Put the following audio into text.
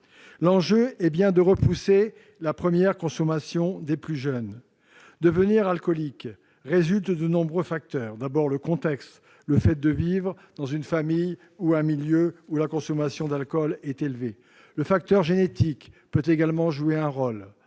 L'enjeu est bien de repousser la première consommation des plus jeunes. Devenir alcoolique résulte de nombreux facteurs : tout d'abord, le contexte, le fait de vivre dans une famille ou un milieu où la consommation d'alcool est élevée ; la génétique peut également jouer un rôle